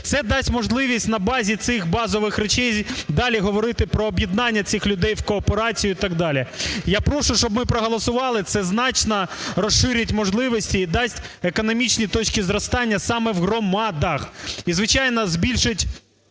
Це дасть можливість на базі цих базових речей далі говорити про об'єднання цих людей в кооперацію і так далі. Я прошу, щоб ми проголосували, це значно розширить можливості і дасть економічні точки зростання саме в громадах. І, звичайно, збільшить